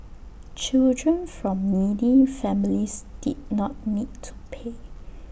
children from needy families did not need to pay